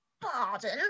Pardon